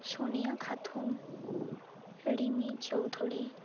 Sonia Khatun Rimi Chowdhury